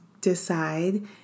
decide